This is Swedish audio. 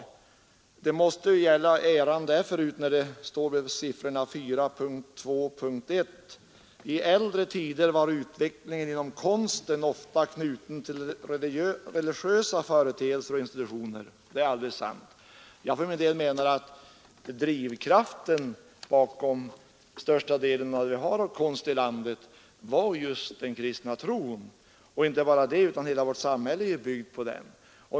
Under rubriken 4.2.1 De första statliga åtgärderna står det: ”I äldre tider var utvecklingen inom konsten ofta knuten till religiösa företeelser och institutioner.” Det är alldeles sant. Jag för min del menar att drivkraften bakom största delen av den konst vi har i landet var just den kristna tron. Och inte bara detta — hela vårt samhälle är ju byggt på den.